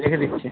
রেখে দিচ্ছি